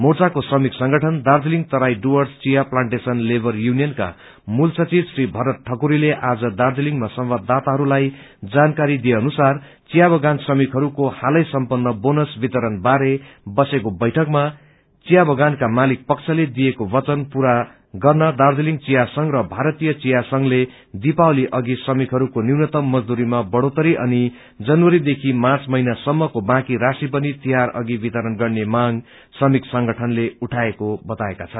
मोचाको श्रमिक संगठन दार्जीलिङ तराई डुर्वस चिया प्लान्टेशन लेवर युनियनका मूल सचिव श्री भरत ठक्रीले आज दार्जीलिङमा संवाददाताहरूलाई जानकारी दिए अनुसार चिया बगान श्रमिकहरूको हालै सम्पन्न बोनस वितरण बारे बसेको बैठकमा चिया बगानका मालिक पक्षले दिएको वचन पूरा गर्न दार्जीलिङ चिया संघ र भारतीय चिया संघले दीपावली अघि श्रमिकहरूको न्यूनतम मजदुरीमा बढ़ोत्तरी अनि जनवरी देखि मार्च महिनासम्मको बाँकी राशी पनि तिहार अघि वितरण गर्ने मांग श्रमिक संगठनले उठाएको बताएका छन्